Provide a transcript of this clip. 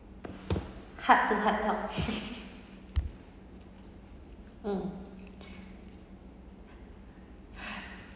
heart to heart talk mm